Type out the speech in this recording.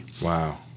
Wow